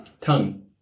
Tongue